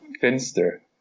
Finster